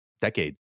decades